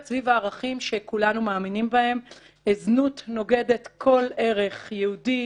סביב הערכים שכולנו מאמינים בהם - זנות נוגדת כל ערך יהודי,